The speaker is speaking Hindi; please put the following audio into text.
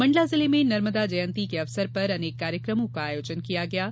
मंडला जिले में नर्मदा जयंती के अवसर पर अनेक कार्यक्रमों का आयोजन किया जायेगा